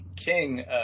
King